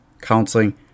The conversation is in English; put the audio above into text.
counseling